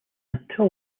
until